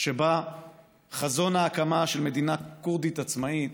שבה חזון ההקמה של מדינה כורדית עצמאית,